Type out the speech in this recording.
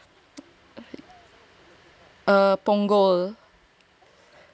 err Punggol